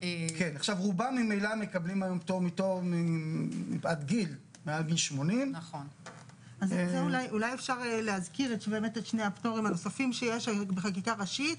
רובם ממילא מקבלים היום פטור מתור פאת גיל מעל גיל 80. אולי אפשר להזכיר את שני הפטורים שנוספים שיש בחקיקה ראשית.